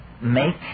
make